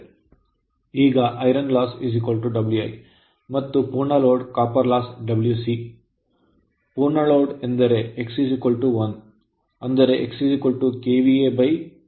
ಆದ್ದರಿಂದ ಈಗ iron loss Wi ಮತ್ತು ಪೂರ್ಣ ಲೋಡ್ copper loss Wc ಪೂರ್ಣ ಲೋಡ್ ಎಂದರೆ x 1 ಅಂದರೆ x KVA